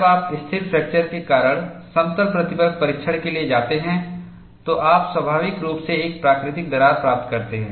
जब आप स्थिर फ्रैक्चर के कारण समतल प्रतिबल परीक्षण के लिए जाते हैं तो आप स्वाभाविक रूप से एक प्राकृतिक दरार प्राप्त करते हैं